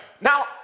Now